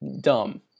dumb